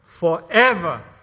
forever